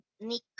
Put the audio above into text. Nick